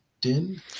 Din